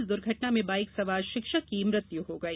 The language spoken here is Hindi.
इस दुर्घटना में बाईक सवार शिक्षक की मृत्यु हो गई